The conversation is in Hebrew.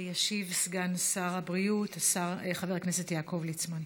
ישיב סגן שר הבריאות חבר הכנסת יעקב ליצמן.